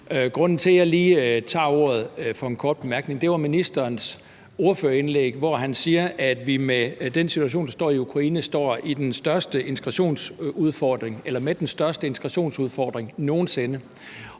Grunden til, at jeg lige tager ordet for en kort bemærkning, er ministerens indlæg, hvor han siger, at vi med den situation, vi står i i forhold til Ukraine, står med den største integrationsudfordring nogen sinde.